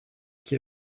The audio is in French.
qui